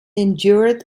endured